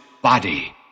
body